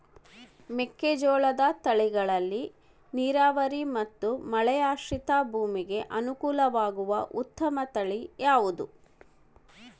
ಮೆಕ್ಕೆಜೋಳದ ತಳಿಗಳಲ್ಲಿ ನೇರಾವರಿ ಮತ್ತು ಮಳೆಯಾಶ್ರಿತ ಭೂಮಿಗೆ ಅನುಕೂಲವಾಗುವ ಉತ್ತಮ ತಳಿ ಯಾವುದುರಿ?